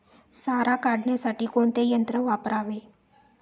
सारा काढण्यासाठी कोणते यंत्र वापरावे?